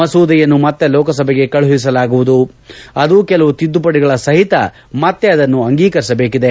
ಮಸೂದೆಯನ್ನು ಮತ್ತೆ ಲೋಕಸಭೆಗೆ ಕಳುಹಿಸಲಾಗುವುದು ಅದು ಕೆಲವು ತಿದ್ದುಪಡಿಗಳ ಸಹಿತ ಮತ್ತೆ ಅದನ್ನು ಅಂಗೀಕರಿಸಬೇಕಿದೆ